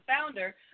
founder